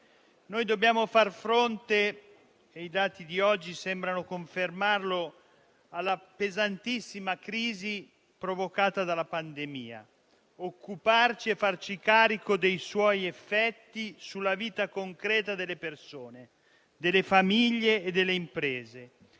Noi dobbiamo far fronte, come i dati di oggi sembrano confermare, alla pesantissima crisi provocata dalla pandemia; occuparci e farci carico dei suoi effetti sulla vita concreta delle persone, delle famiglie e delle imprese.